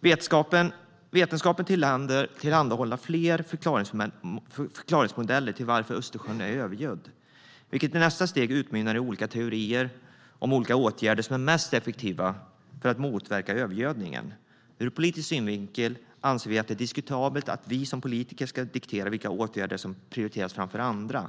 Vetenskapen tillhandahåller flera förklaringsmodeller till varför Östersjön är övergödd, vilket i nästa steg utmynnar i olika teorier om vilka åtgärder som är mest effektiva för att motverka övergödningen. Ur politisk synvinkel anser vi det diskutabelt att vi som politiker ska diktera vilka åtgärder som ska prioriteras framför andra.